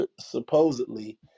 supposedly